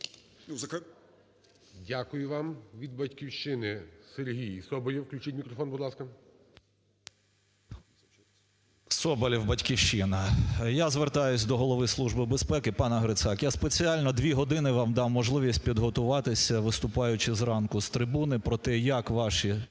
Дякую вам. Від "Батьківщини" Сергій Соболєв. Включіть мікрофон, будь ласка. 13:38:45 СОБОЛЄВ С.В. Соболєв, "Батьківщина". Я звертаюсь до голови Служби безпеки пана Грицака. Я спеціально 2 години вам дав можливість підготуватися, виступаючи зранку з трибуни, про те, як ваші